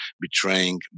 betraying